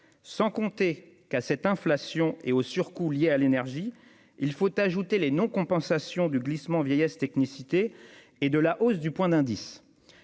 baissent. Aux effets de l'inflation et aux surcoûts liés à l'énergie, il faut ajouter les non-compensations du glissement vieillesse technicité et de la hausse du point d'indice.